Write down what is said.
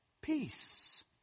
peace